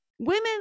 women